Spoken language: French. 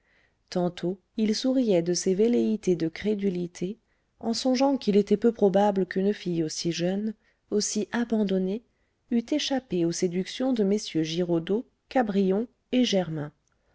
tantôt il souriait de ses velléités de crédulité en songeant qu'il était peu probable qu'une fille aussi jeune aussi abandonnée eût échappé aux séductions de mm giraudeau cabrion et germain